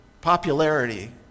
Popularity